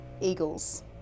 Eagles